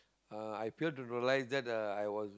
uh I failed to realise that uh I was